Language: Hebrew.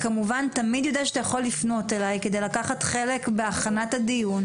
אתה כמובן תמיד יודע שאתה יכול לפנות אליי כדי לקחת חלק בהכנת הדיון.